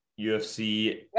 UFC